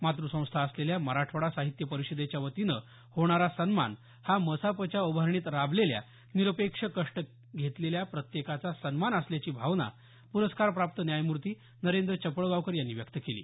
मात्रसंस्था असलेल्या मराठवाडा साहित्य परिषदेच्यावतीनं होणारा सन्मान हा मसापच्या उभारणीत राबलेल्या निरपेक्ष कष्ट घेतलेल्या प्रत्येकाचा सन्मान असल्याची भावना प्रस्कारप्राप्त न्यायमूर्ती नरेंद्र चपळगावकर यांनी व्यक्त केली